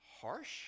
harsh